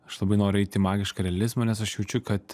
aš labai noriu eiti į magišką realizmą nes aš jaučiu kad